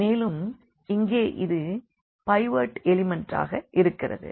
மேலும் இங்கே இது பைவட் எலிமெண்ட்டாக இருக்கிறது